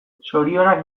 zorionak